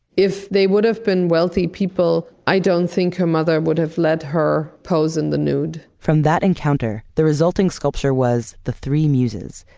if they would have been wealthy people, i don't think her mother would have let her pose in the nude. from that encounter, the resulting sculpture was the three muses.